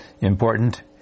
important